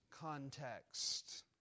context